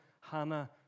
Hannah